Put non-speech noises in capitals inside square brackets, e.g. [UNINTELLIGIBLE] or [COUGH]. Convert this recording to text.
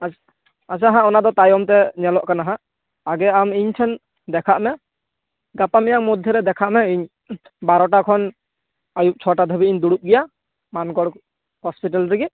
[UNINTELLIGIBLE] ᱟᱪᱪᱷᱟ ᱦᱟᱸᱜ ᱚᱱᱟᱫᱚ ᱛᱟᱭᱚᱢᱛᱮ ᱧᱮᱞᱚᱜ ᱠᱟᱱᱟ ᱦᱟᱸᱜ ᱟᱜᱮ ᱟᱢ ᱤᱧᱥᱮᱱ ᱫᱮᱠᱷᱟᱜ ᱢᱮ ᱜᱟᱯᱟ ᱢᱮᱭᱟᱝ ᱢᱚᱫᱽᱫᱷᱮᱨᱮ ᱫᱮᱠᱷᱟᱜ ᱢᱮ ᱤᱧ ᱵᱟᱨᱚᱴᱟ ᱠᱷᱚᱱ ᱟᱭᱩᱵ ᱪᱷᱚᱴᱟ ᱫᱷᱟᱹᱵᱤᱡ ᱤᱧ ᱫᱩᱲᱩᱵ ᱜᱮᱭᱟ ᱢᱟᱱᱠᱚᱨ ᱦᱚᱥᱯᱤᱴᱟᱞ ᱨᱮᱜᱮ